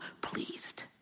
pleased